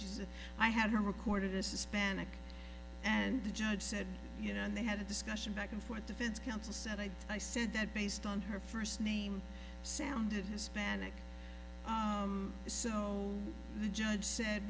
she said i had a record of this is panic and the judge said you know and they had a discussion back and forth defense counsel said i i said that based on her first name sounded hispanic so the judge said